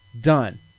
Done